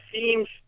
seems